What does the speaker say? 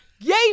yay